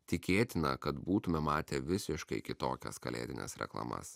tikėtina kad būtume matę visiškai kitokias kalėdines reklamas